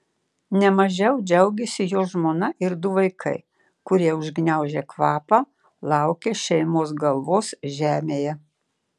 ne mažiau džiaugėsi jo žmona ir du vaikai kurie užgniaužę kvapą laukė šeimos galvos žemėje